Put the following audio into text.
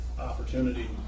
opportunity